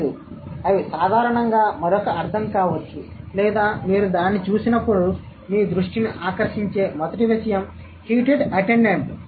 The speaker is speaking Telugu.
లేదు అవి సాధారణంగా మరొక అర్థం కావచ్చు లేదా మీరు దీన్ని చూసినప్పుడు మీ దృష్టిని ఆకర్షించే మొదటి విషయం హీటెడ్ అటెండెంట్